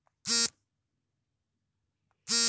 ನಾವು ಆಫ್ಲೈನ್ ನಲ್ಲಿ ಹೂಡಿಕೆ ಮಾಡಬಹುದೇ?